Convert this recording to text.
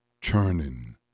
churning